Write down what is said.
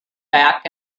back